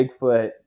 Bigfoot